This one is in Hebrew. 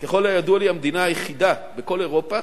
ככל הידוע לי, היא המדינה היחידה בכל אירופה,